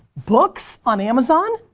books. on amazon.